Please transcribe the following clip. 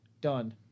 done